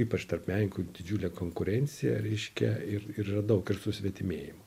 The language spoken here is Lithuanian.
ypač tarp menininkų didžiulė konkurencija reiškia ir ir yra daug ir susvetimėjimo